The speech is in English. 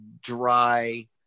dry